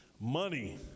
Money